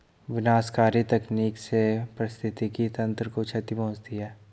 विनाशकारी तकनीक से पारिस्थितिकी तंत्र को क्षति पहुँचती है